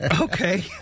Okay